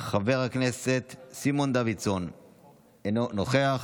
חבר הכנסת דני דנון, אינו נוכח,